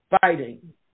fighting